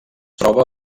troba